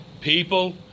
people